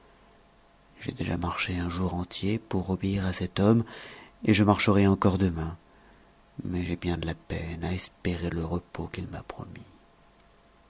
j'ai déjà marché un jour entier pour obéir à cet homme et je marcherai encore demain mais j'ai bien de la peine à espérer le repos qu'il m'a promis